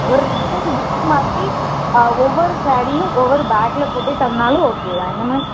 ஒரு return gift மாதிரி ஒவ்வொரு ஸேரீயும் ஒவ்வொரு பேகில் போட்டு தந்தாலும் ஓகே தான் என்ன மேம்